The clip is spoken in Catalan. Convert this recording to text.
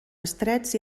estrets